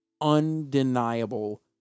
Undeniable